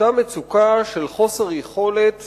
אותה מצוקה של חוסר יכולת